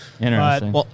Interesting